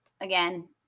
again